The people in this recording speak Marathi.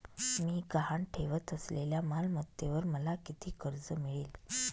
मी गहाण ठेवत असलेल्या मालमत्तेवर मला किती कर्ज मिळेल?